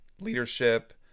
leadership